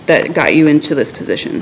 that got you into this position